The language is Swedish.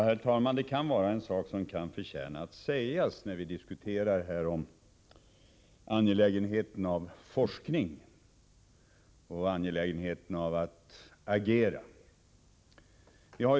Herr talman! En sak kan förtjäna att sägas när vi diskuterar angelägenheten av forskning och av att agera.